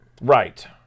right